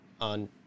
on